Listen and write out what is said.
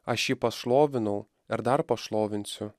aš jį pašlovinau ir dar pašlovinsiu